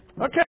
Okay